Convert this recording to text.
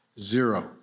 zero